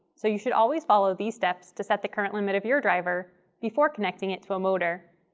so you should always follow these steps to set the current limit of your driver before connecting it to a motor.